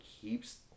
keeps